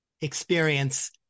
experience